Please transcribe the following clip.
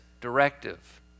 directive